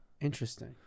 Interesting